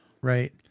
right